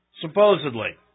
supposedly